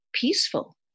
peaceful